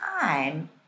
time